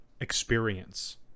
experience